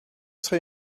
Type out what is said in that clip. serait